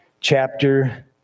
chapter